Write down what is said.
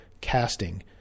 casting